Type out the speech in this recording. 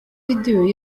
video